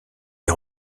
les